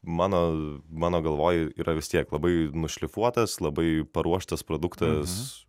mano mano galvoj yra vis tiek labai nušlifuotas labai paruoštas produktas